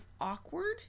awkward